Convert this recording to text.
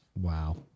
Wow